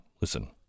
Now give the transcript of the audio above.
Listen